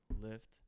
lift